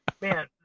man